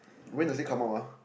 when does it come out ah